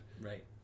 Right